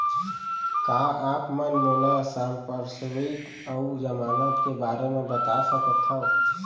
का आप मन मोला संपार्श्र्विक अऊ जमानत के बारे म बता सकथव?